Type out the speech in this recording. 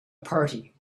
party